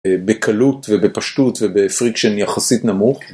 בקלות ובפשטות ובפריקשן יחסית נמוך.